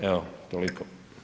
Evo, toliko.